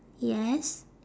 yes